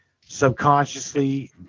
subconsciously